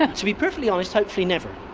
to be perfectly honest, hopefully never.